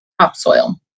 topsoil